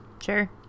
Sure